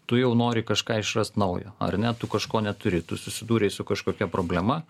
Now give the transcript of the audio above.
tu jau nori kažką išrast naujo ar ne tu kažko neturi tu susidūrei su kažkokia problema